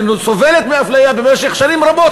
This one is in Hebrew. שסובלת מאפליה במשך שנים רבות.